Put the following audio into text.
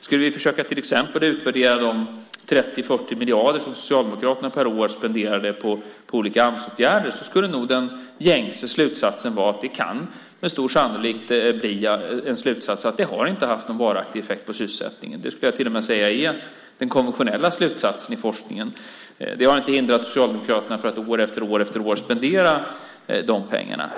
Skulle vi till exempel försöka utvärdera de 30-40 miljarder som Socialdemokraterna per år spenderade på olika Amsåtgärder skulle nog den gängse slutsatsen vara att det med stor sannolikhet inte har haft någon varaktig effekt på sysselsättningen. Det skulle jag till och med säga är den konventionella slutsatsen i forskningen. Det har inte hindrat Socialdemokraterna att år efter år spendera de pengarna.